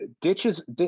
ditches